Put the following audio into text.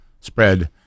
spread